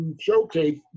showcase